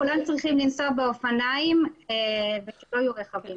כולם צריכים לנסוע באופניים ושלא יהיו רכבים.